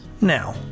Now